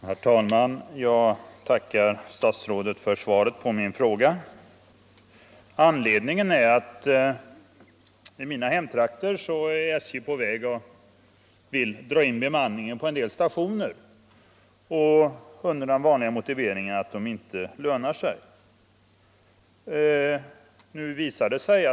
Herr talman! Jag tackar statsrådet för svaret på min fråga. Anledningen till att jag har ställt frågan är att i mina hemtrakter vill SJ dra in bemanningen på en del stationer med den vanliga motiveringen att de inte är lönsamma.